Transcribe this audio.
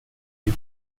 die